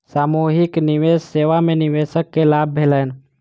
सामूहिक निवेश सेवा में निवेशक के लाभ भेलैन